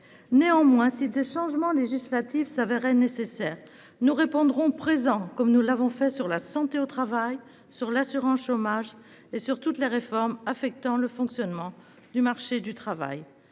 Néanmoins, si des changements législatifs se révélaient nécessaires, nous répondrions présents, comme nous l'avons fait pour la santé au travail, l'assurance chômage et toutes les réformes affectant le fonctionnement du marché du travail.